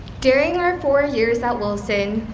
during our four years at wilson,